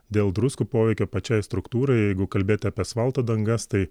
dėl druskų poveikio pačiai struktūrai jeigu kalbėti apie asfalto dangas tai